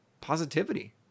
positivity